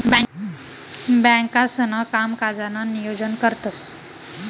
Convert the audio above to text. बँकांसणा कामकाजनं नियोजन करतंस